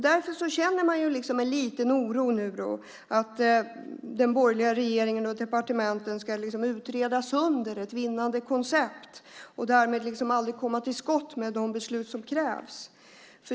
Därför känner man nu en liten oro för att den borgerliga regeringen och departementen ska utreda sönder ett vinnande koncept och aldrig komma till skott med de beslut som krävs.